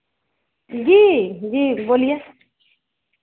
जी जी बोलिए